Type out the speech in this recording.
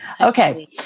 Okay